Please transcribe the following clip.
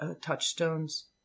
touchstones